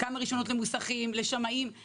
רישיונות למוסכים ולשמאים ובכמה מדובר?